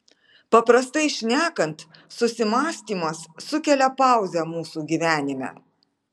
paprastai šnekant susimąstymas sukelia pauzę mūsų gyvenime